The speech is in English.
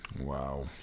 Wow